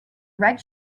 red